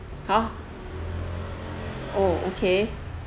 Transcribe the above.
ha oh okay